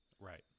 Right